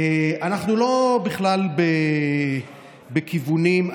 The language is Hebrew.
אנחנו בכלל לא בכיוונים,